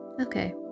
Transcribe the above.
Okay